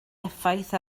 effaith